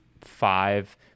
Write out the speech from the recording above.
five